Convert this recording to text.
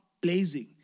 blazing